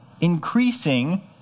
increasing